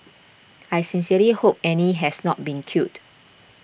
I sincerely hope Annie has not been killed